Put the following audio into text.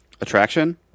attraction